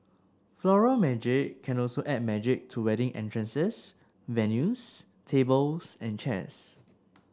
Floral Magic can also add magic to wedding entrances venues tables and chairs